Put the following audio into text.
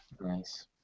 Nice